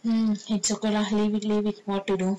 mm it's okay lah leave it leave it what to do